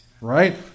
right